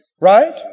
Right